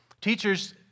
Teachers